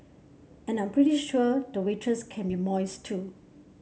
and I'm pretty sure the waitress can be moist too